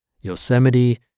Yosemite